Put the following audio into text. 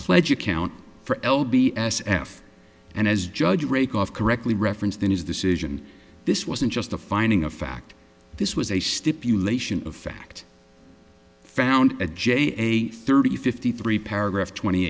pledge account for l b s f and as judge rake off correctly referenced in his decision this wasn't just a finding of fact this was a stipulation of fact found a j a thirty fifty three paragraph twenty